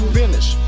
finish